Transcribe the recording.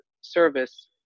service